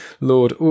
lord